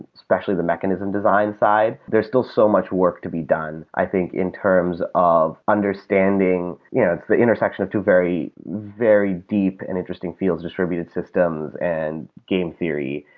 especially the mechanism design side. there's still so much work to be done i think in terms of understanding yeah it's the intersection of two very, very deep and interesting fields of distributed systems and game theory.